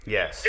Yes